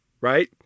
right